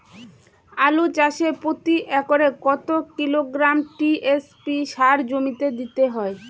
আলু চাষে প্রতি একরে কত কিলোগ্রাম টি.এস.পি সার জমিতে দিতে হয়?